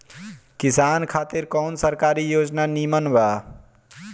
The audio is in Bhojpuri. किसान खातिर कवन सरकारी योजना नीमन बा?